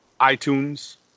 iTunes